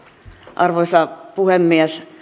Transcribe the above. arvoisa puhemies